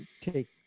take